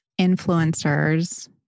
influencers